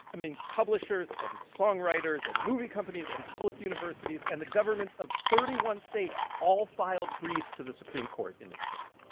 i mean, publishers and songwriters and movie companies and public universities and the governments of thirty one states all filed briefs to the supreme court in this case,